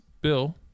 Bill